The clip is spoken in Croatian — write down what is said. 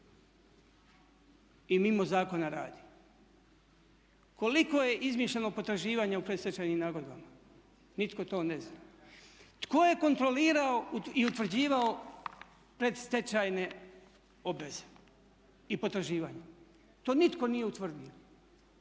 I mimo zakona radi. Koliko je izmišljeno potraživanja u predstečajnim nagodbama? Nitko to ne zna. Tko je kontrolirao i utvrđivao predstečajne obveze i potraživanja? To nitko nije utvrdio.